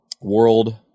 World